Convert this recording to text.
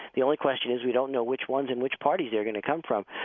the only question is we don't know which ones and which parties they're going to come from.